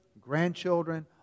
grandchildren